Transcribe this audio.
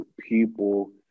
people